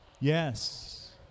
Yes